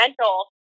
mental